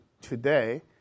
today